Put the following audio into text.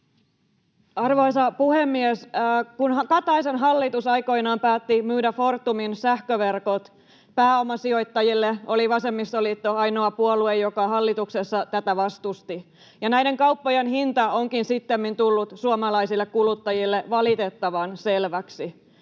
Arvoisa puhemies! Kun Kataisen hallitus aikoinaan päätti myydä Fortumin sähköverkot pääomasijoittajille, oli vasemmistoliitto ainoa puolue, joka hallituksessa tätä vastusti, ja näiden kauppojen hinta onkin sittemmin tullut suomalaisille kuluttajille valitettavan selväksi.